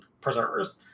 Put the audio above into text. preservers